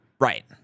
Right